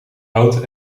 oud